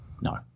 No